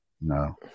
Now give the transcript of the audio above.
No